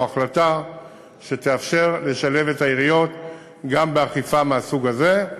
החלטה שתאפשר לשלב את העיריות גם באכיפה מהסוג הזה.